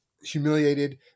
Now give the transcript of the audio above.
humiliated